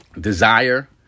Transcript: desire